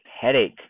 headache